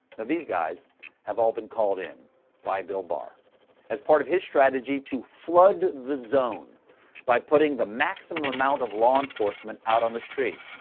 these guys have all been called in by bill barr as part of his strategy to flood the zone by putting the maximum amount of law enforcement out on the street.